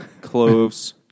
Cloves